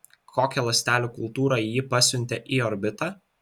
kokią ląstelių kultūrą ji pasiuntė į orbitą